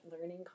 learning